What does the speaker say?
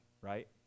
right